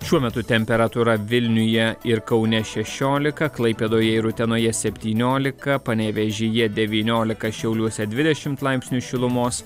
šiuo metu temperatūra vilniuje ir kaune šešiolika klaipėdoje ir utenoje septyniolika panevėžyje devyniolika šiauliuose dvidešimt laipsnių šilumos